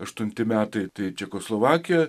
aštunti metai tai čekoslovakija